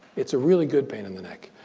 it's a really good pain in the neck.